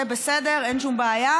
זה בסדר, אין שום בעיה.